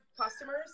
customers